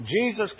Jesus